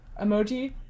emoji